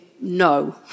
no